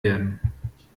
werden